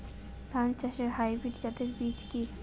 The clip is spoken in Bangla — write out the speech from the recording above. ধান চাষের হাইব্রিড জাতের বীজ কি?